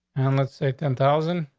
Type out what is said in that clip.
and let's say ten thousand